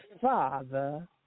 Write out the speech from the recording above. father